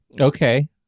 Okay